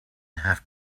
have